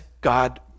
God